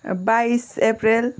बाइस अप्रेल